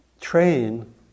train